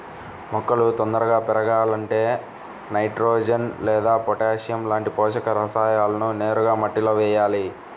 మొక్కలు తొందరగా పెరగాలంటే నైట్రోజెన్ లేదా పొటాషియం లాంటి పోషక రసాయనాలను నేరుగా మట్టిలో వెయ్యాలి